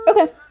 okay